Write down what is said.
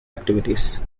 activities